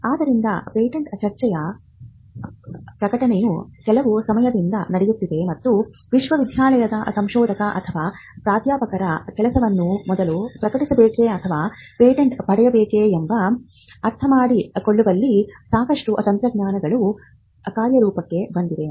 ಆದ್ದರಿಂದ ಪೇಟೆಂಟ್ ಚರ್ಚೆಯ ಪ್ರಕಟಣೆಯು ಕೆಲವು ಸಮಯದಿಂದ ನಡೆಯುತ್ತಿದೆ ಮತ್ತು ವಿಶ್ವವಿದ್ಯಾನಿಲಯದ ಸಂಶೋಧಕ ಅಥವಾ ಪ್ರಾಧ್ಯಾಪಕರ ಕೆಲಸವನ್ನು ಮೊದಲು ಪ್ರಕಟಿಸಬೇಕೇ ಅಥವಾ ಪೇಟೆಂಟ್ ಪಡೆಯಬೇಕೆ ಎಂದು ಅರ್ಥಮಾಡಿಕೊಳ್ಳುವಲ್ಲಿ ಸಾಕಷ್ಟು ತಂತ್ರಗಳು ಕಾರ್ಯರೂಪಕ್ಕೆ ಬಂದಿವೆ